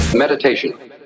meditation